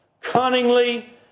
cunningly